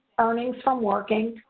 earnings from working,